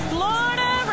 Florida